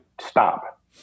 stop